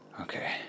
Okay